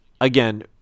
again